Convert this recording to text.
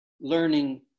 Learning